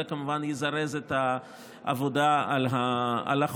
זה כמובן יזרז את העבודה על החוק,